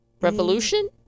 Revolution